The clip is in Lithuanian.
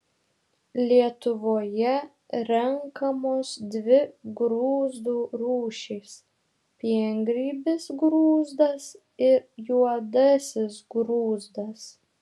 lietuvoje renkamos dvi grūzdų rūšys piengrybis grūzdas ir juodasis grūzdas